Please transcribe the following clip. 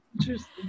Interesting